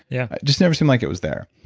yeah just never seemed like it was there.